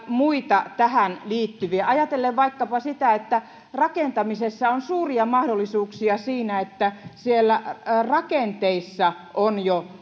muita tähän liittyviä ajatellen vaikkapa sitä että rakentamisessa on suuria mahdollisuuksia siinä että jo siellä rakenteissa on